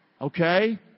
Okay